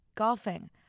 Golfing